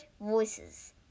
voices